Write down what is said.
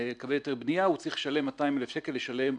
לקבל היתר בניה, הוא צריך לשלם 200,000 שקל ערבות.